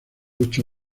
ocho